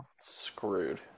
Screwed